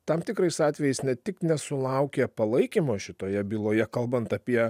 tam tikrais atvejais ne tik nesulaukė palaikymo šitoje byloje kalbant apie